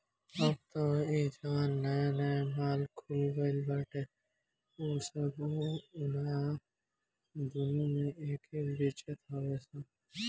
अब तअ इ जवन नया नया माल खुल गईल बाटे उ सब उना दूना में एके बेचत हवे सब